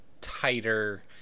tighter